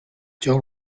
joe